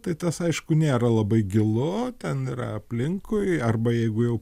tai tas aišku nėra labai gilu ten yra aplinkui arba jeigu jau